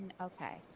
Okay